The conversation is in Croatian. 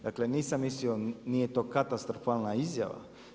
Dakle, nisam mislio, nije to katastrofalna izjava.